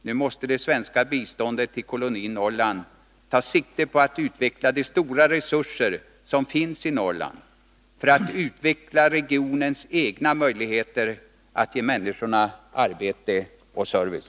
Nu måste det svenska biståndet till kolonin Norrland ta sikte på att utveckla de stora resurser som finns i Norrland, för att utveckla regionens egna möjligheter att ge människorna arbete och service.